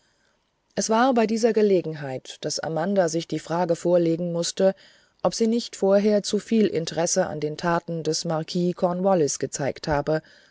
es war bei dieser gelegenheit daß amanda sich die frage vorlegen mußte ob sie nicht vorher zu viel interesse an den taten des marquis cornwallis gezeigt habe